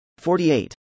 48